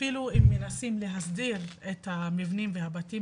אפילו אם מנסים להסדיר את המבנים והבתים